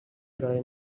ارائه